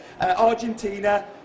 Argentina